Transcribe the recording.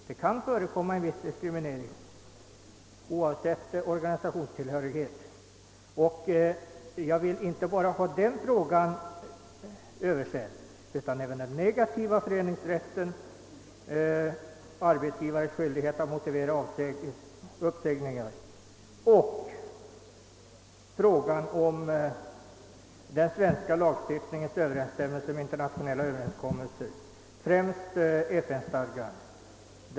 Det kan förekomma en viss diskriminering, oavsett organisationstillhörighet, och jag vill inte bara ha den frågan översedd utan även den negativa föreningsrätten, arbetsgivares skyldighet att motivera uppsägningar och frågan om den svenska lagstiftningens överensstämmelse med internationella överenskommelser, främst FN-stadgan.